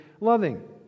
loving